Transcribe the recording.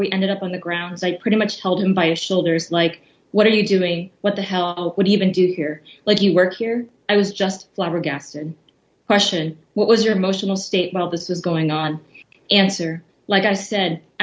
ended up on the grounds i pretty much held him by a shoulders like what are you doing what the hell would he even do here like you were here i was just flabbergasted question what was your emotional state while this was going on answer like i said